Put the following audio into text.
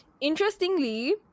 Interestingly